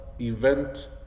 event